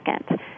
second